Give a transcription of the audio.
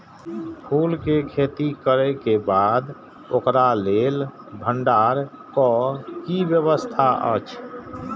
फूल के खेती करे के बाद ओकरा लेल भण्डार क कि व्यवस्था अछि?